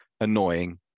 annoying